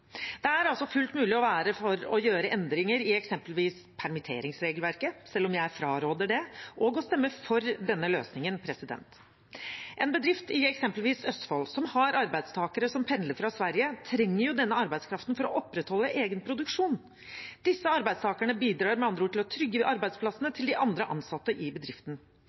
Det er altså fullt mulig å være for å gjøre endringer i eksempelvis permitteringsregelverket – selv om jeg fraråder det – og å stemme for denne løsningen. En bedrift i eksempelvis Østfold, som har arbeidstakere som pendler fra Sverige, trenger jo denne arbeidskraften for å opprettholde egen produksjon. Disse arbeidstakerne bidrar med andre ord til å trygge arbeidsplassene til de andre ansatte i bedriften.